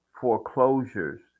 foreclosures